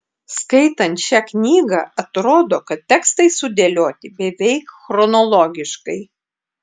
skaitant šią knygą atrodo kad tekstai sudėlioti beveik chronologiškai